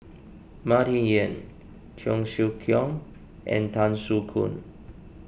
Martin Yan Cheong Siew Keong and Tan Soo Khoon